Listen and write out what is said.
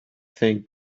thank